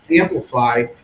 amplify